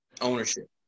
ownership